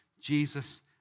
Jesus